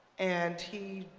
and he,